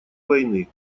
войны